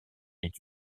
est